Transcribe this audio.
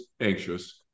anxious